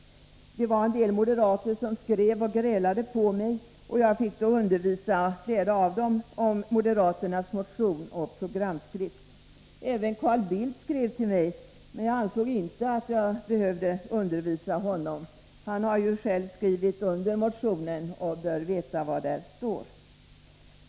Det var en hel del moderater som skrev och grälade på mig — men jag fick då undervisa flera av dem om moderaternas motion och programskrift. Även Carl Bildt skrev till mig — men jag ansåg inte att jag behövde undervisa honom. Han har ju själv skrivit under motionen och bör veta vad där står.